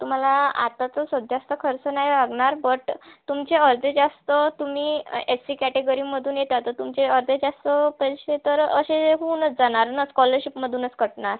तुम्हाला आता तर सध्या तर खर्च नाही लागणार बट तुमचे अर्धे जास्त तुम्ही एस सी कॅटेगरीमधून येता तर तुमचे अर्धे जास्त पैसे तर असे होऊनच जाणार ना स्कॉलरशिपमधूनच कटणार